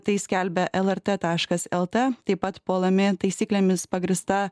tai skelbia lrt taškas lt taip pat puolami taisyklėmis pagrįsta